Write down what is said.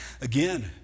again